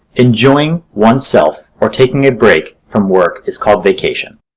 enjoying oneself, or taking a break from work is called vacation.